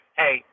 hey